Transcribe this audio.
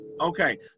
Okay